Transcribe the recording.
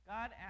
God